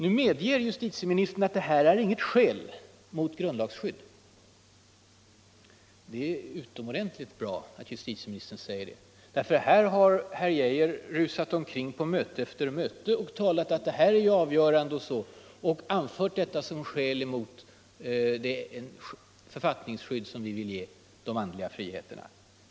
Nu medger justitieministern att det här inte är något skäl mot grundlagsskydd. Det är utomordentligt bra att justitieministern säger det. Här har herr Geijer på möte efter möte sagt att detta är avgörande och anfört det som skäl mot det författningsskydd som vi vill ge de andliga friheterna.